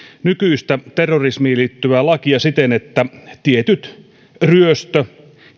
nykyistä terrorismiin liittyvää lakia siten että tietyt ryöstö